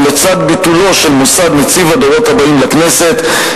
ולצד ביטולו של מוסד נציב הדורות הבאים לכנסת,